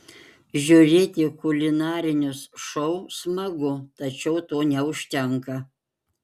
žiūrėti kulinarinius šou smagu tačiau to neužtenka